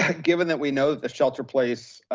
given that we know the shelter place,